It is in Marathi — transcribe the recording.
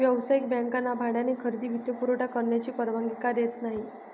व्यावसायिक बँकांना भाड्याने खरेदी वित्तपुरवठा करण्याची परवानगी का देत नाही